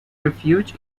refuge